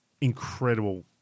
incredible